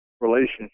relationship